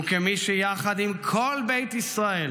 וכמי שיחד עם כל בית ישראל